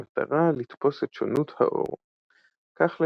במטרה לתפוס את שונות האור; כך,